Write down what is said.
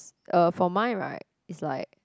uh for mine right it's like